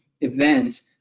event